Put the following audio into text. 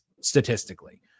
statistically